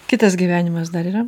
kitas gyvenimas dar yra